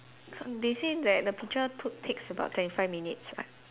they say that the picture took takes about twenty five minutes uh